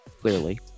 clearly